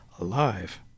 alive